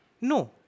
No